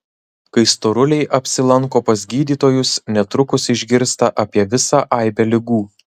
kai storuliai apsilanko pas gydytojus netrukus išgirsta apie visą aibę ligų